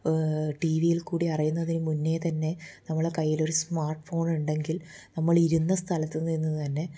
T വിയിൽ കൂടി അറിയുന്നതിനുമുന്നെ തന്നെ നമ്മുടെ കൈയ്യിലൊരു സ്മാർട്ഫോൺ ഉണ്ടെങ്കിൽ നമ്മൾ ഇരുന്ന സ്ഥലത്തുനിന്നു തന്നെ